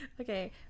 okay